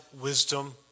wisdom